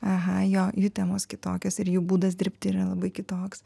aha jo jų temos kitokios ir jų būdas dirbti yra labai kitoks